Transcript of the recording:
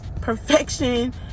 perfection